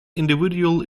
individual